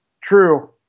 True